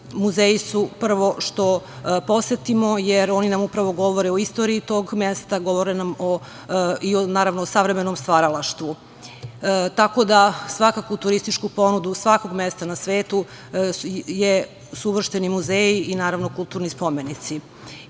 muzeji su prvo što posetimo, jer oni nam upravo govore o istoriji tog mesta, govore nam i o savremenom stvaralaštvu. Tako da svakako u turističku ponudu svakog mesta na svetu su uvršteni muzeji i naravno kulturni spomenici.